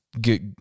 get